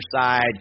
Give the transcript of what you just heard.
side